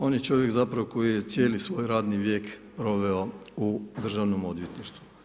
On je čovjek koji je cijeli svoj radni vijek proveo u državnom odvjetništvu.